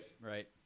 right